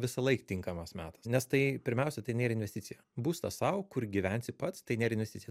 visąlaik tinkamas metas nes tai pirmiausia tai nėra investicija būstas sau kur gyvensi pats tai nėra investicija